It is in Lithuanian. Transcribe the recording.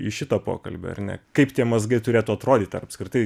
į šitą pokalbį ar ne kaip tie mazgai turėtų atrodyt ar apskritai